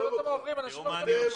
הם באים והולכים